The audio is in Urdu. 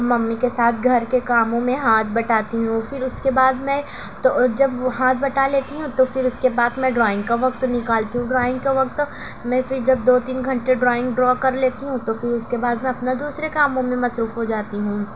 ممّی کے ساتھ گھر کے کاموں میں ہاتھ بٹاتی ہوں پھر اس کے بعد میں تو جب ہاتھ بٹا لیتی ہوں تو پھر اس کے بعد میں ڈرائنگ کا وقت نکالتی ہوں ڈرائنگ کا وقت میں پھر جب دو تین گھنٹے ڈرائنگ ڈرا کر لیتی ہوں تو پھر اس کے بعد میں اپنا دوسرے کاموں میں مصروف ہو جاتی ہوں